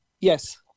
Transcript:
Yes